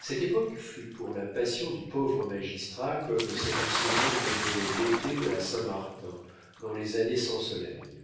cette époque fut pour la passion du pauvre magistrat comme cette saison nommée l'été de la saint-martin dans les années sans soleil